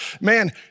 man